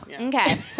Okay